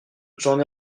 j’en